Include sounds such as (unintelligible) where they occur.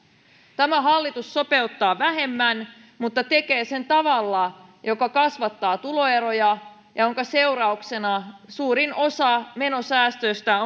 tämä hallitus sopeuttaa vähemmän mutta tekee sen tavalla joka kasvattaa tuloeroja ja jonka seurauksena suurin osa menosäästöistä (unintelligible)